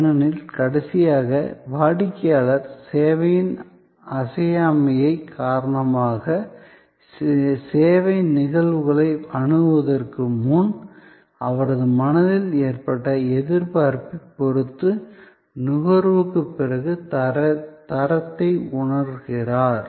ஏனெனில் கடைசியாக வாடிக்கையாளர் சேவையின் அசையாமை காரணமாக சேவை நிகழ்வுகளை அணுகுவதற்கு முன் அவரது மனதில் ஏற்பட்ட எதிர்பார்ப்பைப் பொறுத்து நுகர்வுக்குப் பிறகு தரத்தை உணர்கிறார்